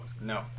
no